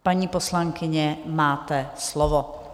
Paní poslankyně, máte slovo.